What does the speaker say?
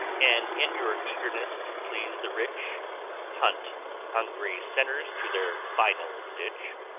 and in your eagerness to please the rich hunt hungry sinners to their final ditch?